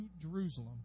Jerusalem